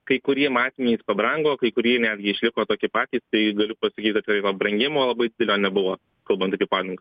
kai kurie matmenys pabrango kai kurie netgi išliko tokie patys tai pasakyt atvirai pabrangimo labai didelio nebuvo kalbant apie padangas